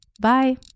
Bye